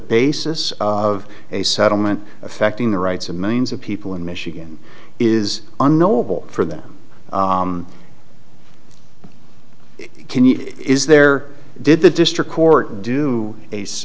basis of a settlement affecting the rights of millions of people in michigan is unknowable for them can you is there did the district court do ace